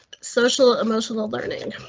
social emotional learning.